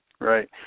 Right